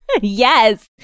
Yes